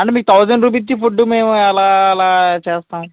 అంటే మీకు thousand rupees కి ఫుడ్ మేము అలా ఎలా చేస్తాం